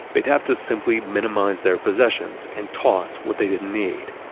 they'd have to simply minimize their possessions and toss what they didn't need.